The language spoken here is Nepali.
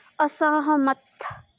असहमत